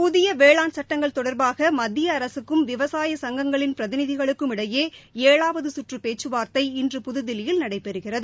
புதிய வேளாண் சட்டங்கள் தொடர்பாக மத்திய அரகக்கும் விவசாய சங்கங்களின் பிரதிநிதிகளுக்கும் இடையே ஏழாவது சுற்று பேச்சுவார்த்தை இன்று புதுதில்லியில் நடைபெறுகிறது